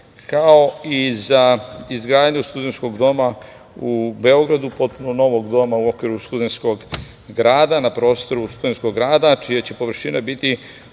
kao i za izgradnju studentskog doma u Beogradu, potpuno novog doma u okviru Studentskog grada, na prostoru Studentskog grada, čija će površina biti